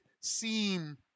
seem